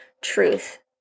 truth